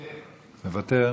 מוותר,